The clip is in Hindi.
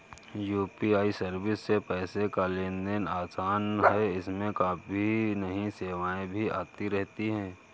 यू.पी.आई सर्विस से पैसे का लेन देन आसान है इसमें काफी नई सेवाएं भी आती रहती हैं